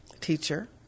teacher